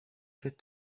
get